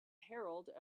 herald